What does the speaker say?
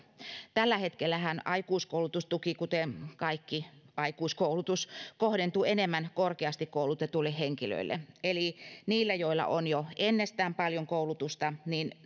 tällä hetkellähän aikuiskoulutustuki kuten kaikki aikuiskoulutus kohdentuu enemmän korkeasti koulutetuille henkilöille eli niille joilla on jo ennestään paljon koulutusta